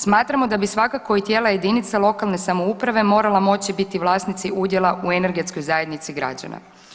Smatramo da bi svakako i tijela jedinica lokalne samouprave morala moći biti vlasnici udjela u energetskoj zajednici građana.